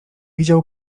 widział